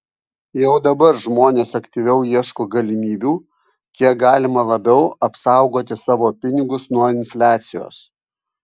jau dabar žmonės aktyviau ieško galimybių kiek galima labiau apsaugoti savo pinigus nuo infliacijos